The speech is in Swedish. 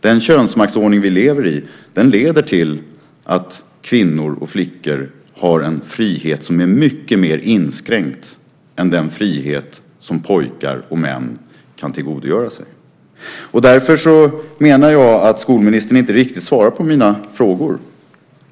Den könsmaktsordning vi lever i leder till att flickor och kvinnor har en frihet som är mycket mer inskränkt än den frihet som pojkar och män kan tillgodogöra sig. Därför menar jag att skolministern inte riktigt svarar på mina frågor.